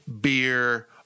beer